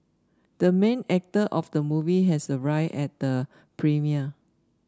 the main actor of the movie has arrived at the premiere